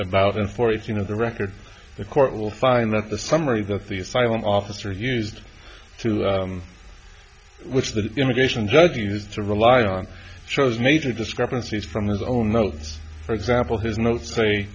about and four if you know the record the court will find that the summary that the asylum officer used to which the immigration judge used to rely on shows major discrepancies from his own notes for example his notes say